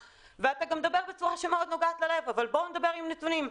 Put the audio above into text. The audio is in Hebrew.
ואתה גם מדבר בצורה שמאוד נוגעת ללב אבל בואו נדבר עם נתונים.